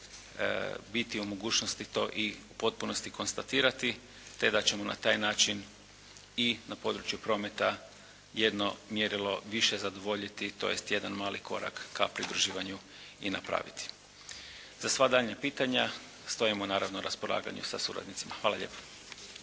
biti u mogućnosti to i u potpunosti konstatirati te da ćemo na taj način i na području prometa jedno mjerilo više zadovoljiti tj. jedan mali korak ka pridruživanju i napraviti. Za sva daljnja pitanja stojimo naravno na raspolaganju sa suradnicima. Hvala lijepa.